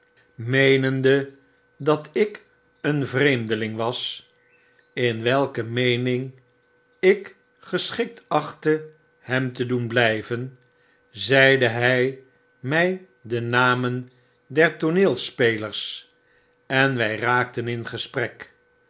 meenende dat ik een yreemdeling was in welke meening ik geschikt achtte hem te doen blyven zeide hy mij de namen der tooneelspelers en wy raakten in gesprek